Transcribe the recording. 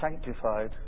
sanctified